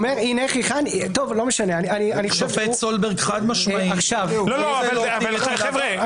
השופט סולברג חד-משמעית --- חבר'ה,